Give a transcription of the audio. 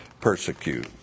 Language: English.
persecute